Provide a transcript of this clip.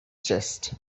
chest